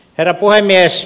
herra puhemies